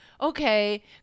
Okay